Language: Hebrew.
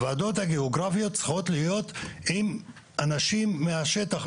הוועדות הגיאוגרפיות צריכות להיות עם אנשים מהשטח,